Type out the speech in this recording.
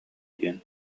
диэн